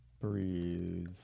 breathe